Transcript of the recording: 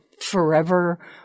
forever